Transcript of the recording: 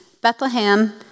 Bethlehem